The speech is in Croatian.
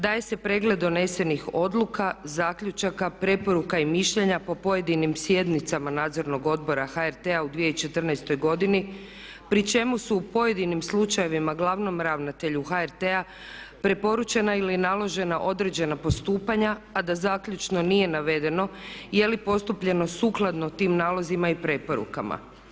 Daje se pregled donesenih odluka, zaključaka, preporuka i mišljenja po pojedinim sjednicama Nadzornog odbora HRT-a u 2014. godini pri čemu su u pojedinim slučajevima glavnom ravnatelju HRT-a preporučena ili naložena određena postupanja, a da zaključno nije navedeno je li postupljeno sukladno tim nalozima i preporukama.